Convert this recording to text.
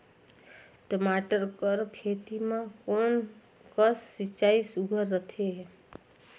टमाटर कर खेती म कोन कस सिंचाई सुघ्घर रथे?